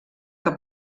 que